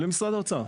למשרד האוצר.